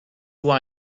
who